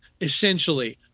essentially